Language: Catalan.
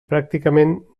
pràcticament